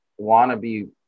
wannabe